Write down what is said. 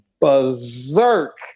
berserk